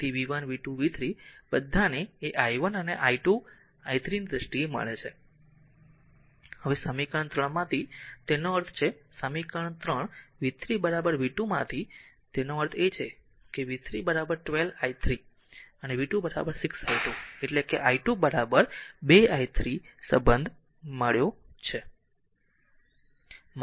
તેથી v 1 v 2 v 3 બધાને એ i 1 અને i2 i 3 ની દ્રષ્ટીએ મળે છે હવે સમીકરણ 3 માંથી તેનો અર્થ છે સમીકરણ 3 v 3 v 2 માંથી તેનો અર્થ છે કે v 3 12 i 3 અને v 2 6 i2 એટલે કે i2 2 i 3 સંબંધ મળ્યો છે